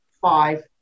five